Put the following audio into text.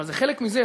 אבל זה חלק מזה,